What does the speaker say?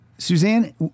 Suzanne